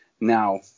Now